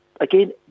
again